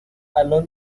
الان